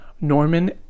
Norman